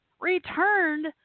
returned